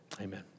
amen